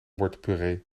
wortelpuree